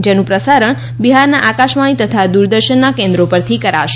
જેનું પ્રસારણ બિહારના આકાશવાણી તથા દુરદર્શનના કેન્દ્રો પરથી કરાશે